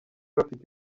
bafite